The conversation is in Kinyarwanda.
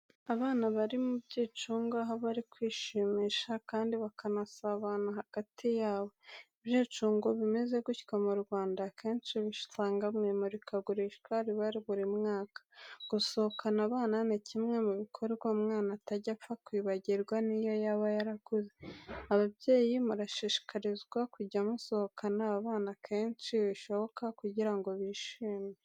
Abana bari mu byicungo, aho bari kwishimisha kandi bakanasabana hagati yabo. Ibyicungo bimeze gutya mu Rwanda akenshi ubisanga mu imurikagurisha riba buri mwaka. Gusohokana abana ni kimwe mu bikorwa umwana atajya apfa kwibagirwa niyo yaba yarakuze. Ababyeyi murashishikarizwa kujya musohokana abana kenshi bishoboka kugira ngo bishime.